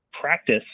practice